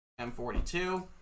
M42